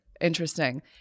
Interesting